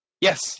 Yes